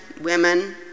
women